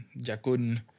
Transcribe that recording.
Jakun